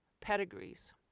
pedigrees